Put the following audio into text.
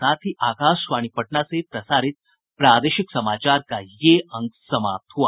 इसके साथ ही आकाशवाणी पटना से प्रसारित प्रादेशिक समाचार का ये अंक समाप्त हुआ